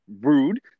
Rude